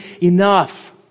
enough